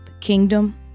kingdom